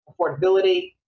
affordability